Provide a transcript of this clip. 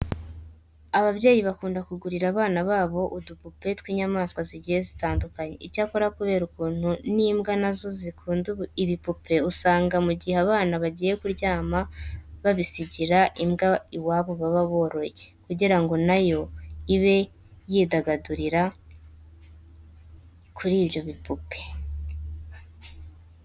Ababyeyi bakunda kugurira abana babo udupupe tw'inyamaswa zigiye zitandukanye. Icyakora kubera ukuntu n'imbwa na zo zikunda ibipupe usanga mu gihe abana bagiye kujya kuryama babisigira imbwa iwabo baba boroye kugira ngo na yo ibe yidagadurira kuri byo bipupe.